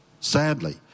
sadly